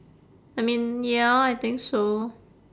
I mean ya I think so